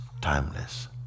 timeless